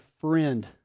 friend